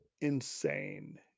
Insane